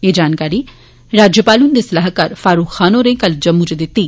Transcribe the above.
एह् जानकारी राज्यपाल हृन्दे सलाहकार फारूक खान होरें कल जम्मू च दित्ती